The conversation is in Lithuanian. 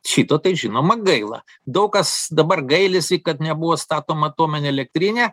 šito tai žinoma gaila daug kas dabar gailisi kad nebuvo statoma atominė elektrinė